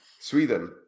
Sweden